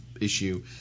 issue